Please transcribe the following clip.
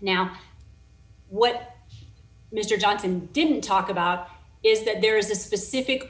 now what mr johnson didn't talk about is that there is a specific